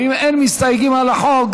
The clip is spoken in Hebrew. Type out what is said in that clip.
ואם אין מסתייגים על החוק,